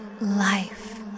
life